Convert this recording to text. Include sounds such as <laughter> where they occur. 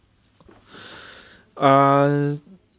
<breath> err